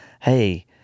hey